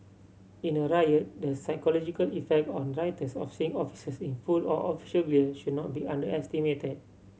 in a riot the psychological effect on rioters of seeing officers in full or official gear should not be underestimated